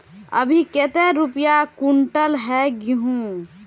अभी कते रुपया कुंटल है गहुम?